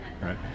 right